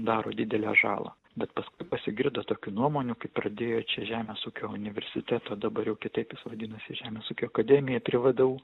daro didelę žalą bet paskui pasigirdo tokių nuomonių kai pradėjo čia žemės ūkio universiteto dabar jau kitaip vadinasi žemės ūkio akademija prie vdu